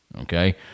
okay